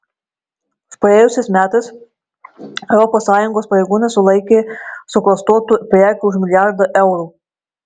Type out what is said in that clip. praėjusiais metais europos sąjungos pareigūnai sulaikė suklastotų prekių už milijardą eurų